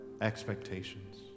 expectations